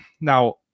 now